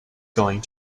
going